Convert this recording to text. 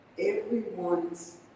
everyone's